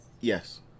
Yes